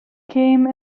came